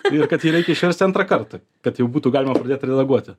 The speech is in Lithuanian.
ir kad jį reikia išversti antrą kartą kad jau būtų galima pradėt redaguoti